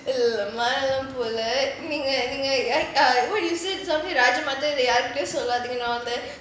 இல்ல இல்ல மானம் போகல நீங்க:illa illa maanam pogala neenga uh what you said something ராஜ மாதா இத யார் கிட்டயும் சொல்லாதீங்க:raja maadhaa idha yaarkitayum sollatheenga